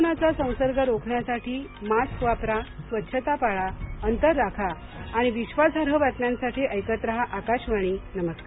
कोरोनाचा संसर्ग रोखण्यासाठी मास्क वापरा स्वच्छता पाळा अंतर राखा आणि विश्वासार्ह बातम्यांसाठी ऐकत राहा आकाशवाणी नमस्कार